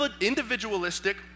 individualistic